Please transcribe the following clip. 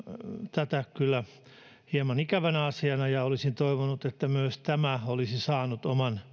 tätä kyllä hieman ikävänä asiana ja olisin toivonut että myös tämä olisi saanut